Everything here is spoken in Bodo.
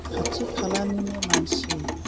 खाथि खालानिनो मानसि